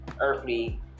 earthly